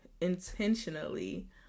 intentionally